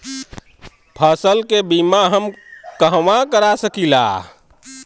फसल के बिमा हम कहवा करा सकीला?